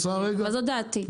אבל זו דעתי.